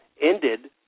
ended